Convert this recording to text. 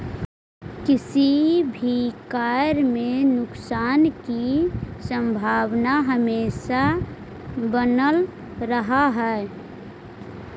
किसी भी कार्य में नुकसान की संभावना हमेशा बनल रहअ हई